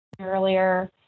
earlier